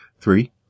Three